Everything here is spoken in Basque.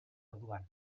orduan